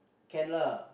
can lah